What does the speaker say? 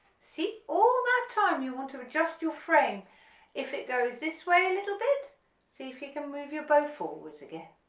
see all that time you want to adjust your frame if it goes this way a little bit see if you can move your bow forwards again,